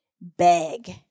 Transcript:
beg